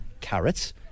carrots